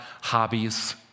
hobbies